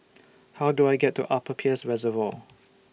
How Do I get to Upper Peirce Reservoir